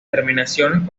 terminaciones